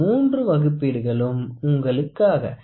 இந்த 3 வகுப்பீடுகளும் உங்களுக்காக